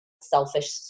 selfish